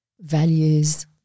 values